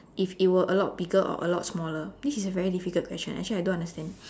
if it were a lot bigger or a lot smaller this is a very difficult question actually I don't understand